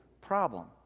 problem